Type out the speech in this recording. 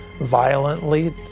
violently